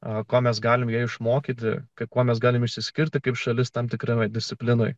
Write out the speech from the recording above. o ko mes galime ją išmokyti kuo mes galime išsiskirti kaip šalis tam tikrame disciplinoje